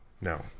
No